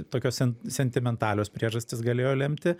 tokios sen sentimentalios priežastys galėjo lemti